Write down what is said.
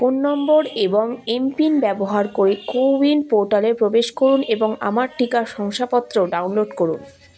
phone number এবং MPIN ব্যবহার করে কোউইন পোর্টালে প্রবেশ করুন এবং আমার টিকা শংসাপত্র ডাউনলোড করুন